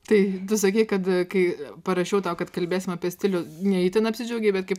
tai tu sakei kad kai parašiau tau kad kalbėsim apie stilių ne itin apsidžiaugei bet kai